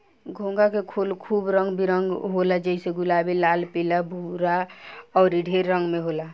घोंघा के खोल खूब रंग बिरंग होला जइसे गुलाबी, लाल, पीला, भूअर अउर ढेर रंग में होला